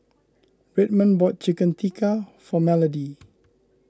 Redmond bought Chicken Tikka for Melodee